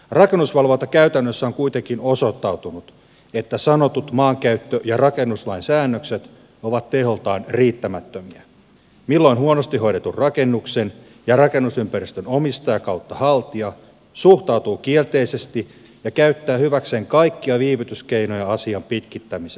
rakennusvalvontakäytännössä on kuitenkin osoittautunut että sanotut maankäyttö ja rakennuslain säännökset ovat teholtaan riittämättömiä milloin huonosti hoidetun rakennuksen ja rakennusympäristön omistaja tai haltija suhtautuu kielteisesti ja käyttää hyväkseen kaikkia viivytyskeinoja asian pitkittämiseksi